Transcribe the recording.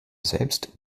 selbst